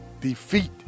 defeat